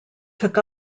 took